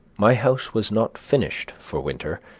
my house was not finished for winter,